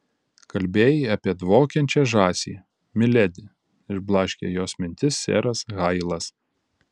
kalbėjai apie dvokiančią žąsį miledi išblaškė jos mintis seras hailas